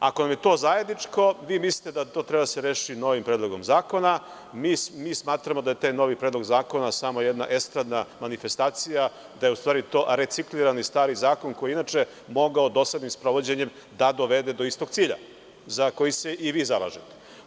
Ako nam je to zajedničko, vi mislite da to treba da se reši novim predlogom zakona, a mi smatramo da je taj novi predlog zakona samo jedna estradna manifestacija, da je to u stvari reciklirani stari zakon, koji je mogao doslednim sprovođenjem da dovede do istog cilja, a za koji se i vi zalažete.